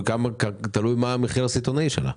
תלוי מה המחיר הסיטונאי שלה.